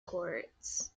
courts